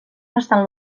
bastant